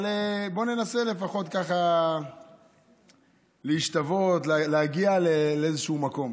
אבל בואו ננסה לפחות להשתוות, להגיע לאיזשהו מקום.